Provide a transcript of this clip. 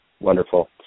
Wonderful